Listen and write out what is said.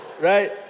right